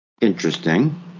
Interesting